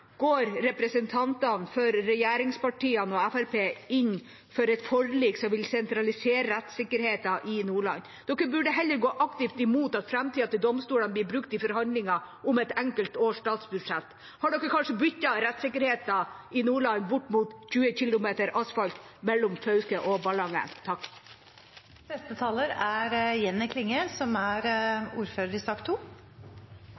går representanter for regjeringspartiene og Fremskrittspartiet inn for et forlik som vil sentralisere rettssikkerheten i Nordland. Dere burde heller gå aktivt imot at framtida til domstolene blir brukt i forhandlinger om et enkelt års statsbudsjett. Har dere kanskje byttet bort rettssikkerheten i Nordland mot 20 kilometer asfalt mellom Fauske og Ballangen? Det er